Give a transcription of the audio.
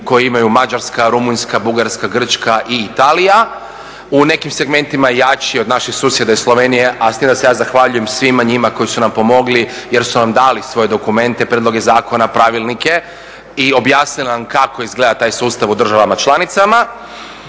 koji imaju Mađarska, Rumunjska, Bugarska, Grčka i Italija, u nekim segmentima je jači od naših susjeda iz Slovenije, a s tim da se ja zahvaljujem svima njima koji su nam pomogli jer su nam dali svoje dokumente, prijedloge zakona, pravilnike i objasnili nam kako izgleda taj sustav u državama članicama